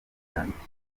yandikiye